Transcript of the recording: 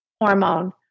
hormone